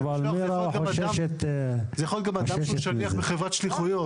המשלוח יכול להיות גם בידי אדם שהוא שליח בחברת שליחויות.